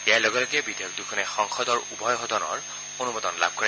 ইয়াৰ লগে লগে বিধেয়ক দুখনে সংসদৰ উভয় সদনৰ অনুমোদন লাভ কৰে